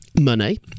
money